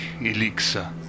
Elixir